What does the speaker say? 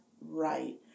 right